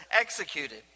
executed